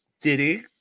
Diddy